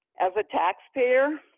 as a taxpayer,